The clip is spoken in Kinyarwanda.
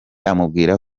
amubwira